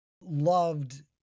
loved